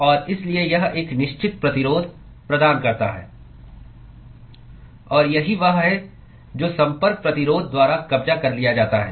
और इसलिए यह एक निश्चित प्रतिरोध प्रदान करता है और यही वह है जो संपर्क प्रतिरोध द्वारा कब्जा कर लिया जाता है